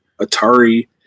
Atari